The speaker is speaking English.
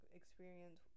experience